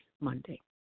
Monday